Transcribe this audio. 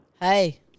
hey